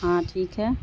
ہاں ٹھیک ہے